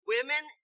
Women